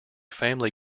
family